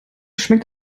schmeckt